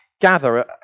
gather